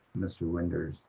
mr. winder'ser's